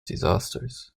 disasters